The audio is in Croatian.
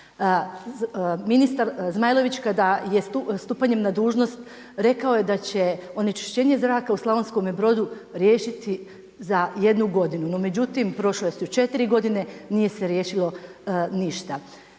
Ministar Zmajlović kada je stupanjem na dužnost, rekao je da će onečišćenje zraka u Slavonskome Brodu riješiti za jednu godinu. No međutim, prošle su 4 godine, nije se riješilo ništa.